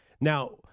Now